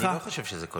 אני לא חושב שזה כל שנה.